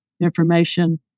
information